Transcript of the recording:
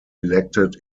elected